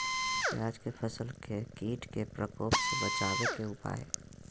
प्याज के फसल के कीट के प्रकोप से बचावे के उपाय?